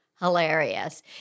hilarious